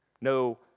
No